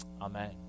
Amen